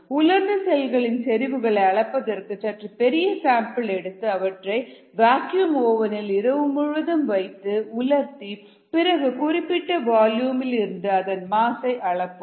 உலர்ந்த செல்களின் செறிவுகளை அளப்பதற்கு சற்று பெரிய சாம்பிள் எடுத்து அவற்றை வாக்யூம் ஓவன் இல் இரவு முழுவதும் வைத்து உலர்த்தி பிறகு குறிப்பிட்ட வால்யூம்இல் இருந்த அதன் மாஸ் ஐ அளப்போம்